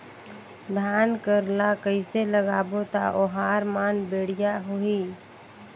धान कर ला कइसे लगाबो ता ओहार मान बेडिया होही?